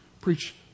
preach